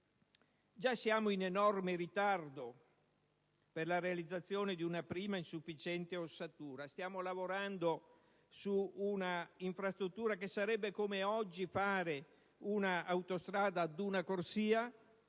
già in enorme ritardo per la realizzazione di una prima insufficiente ossatura: stiamo lavorando su una infrastruttura come se facessimo oggi una autostrada ad una corsia,